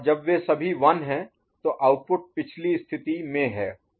और जब वे सभी 1 हैं तो आउटपुट पिछली स्थिति स्टेट में है